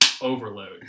overload